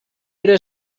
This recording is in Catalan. era